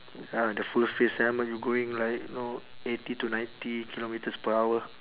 ya the full face helmet you going like know eighty to ninety kilometres per hour